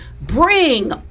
bring